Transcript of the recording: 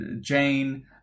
Jane